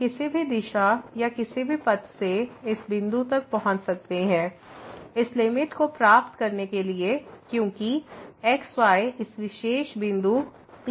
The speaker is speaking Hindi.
हम किसी भी दिशा या किसी भी पथ से इस बिंदु तक पहुंच सकते हैं इस लिमिट को प्राप्त करने के लिए क्योंकि x y इस विशेष बिंदु Pपर पहुंचता है